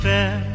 Fair